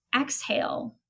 Exhale